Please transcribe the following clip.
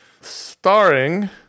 Starring